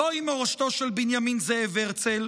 זוהי מורשתו של בנימין זאב הרצל.